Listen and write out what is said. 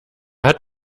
hat